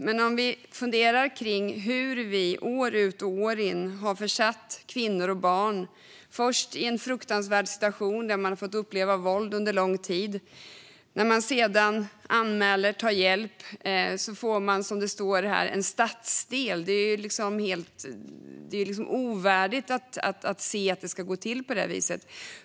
När kvinnor med barn som år ut och år in försatts i en fruktansvärd situation, där man fått uppleva våld under lång tid, sedan anmäler och tar hjälp får man, som det står i betänkandet, en stadsdel. Det är helt ovärdigt att det ska gå till på det viset.